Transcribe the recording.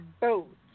boats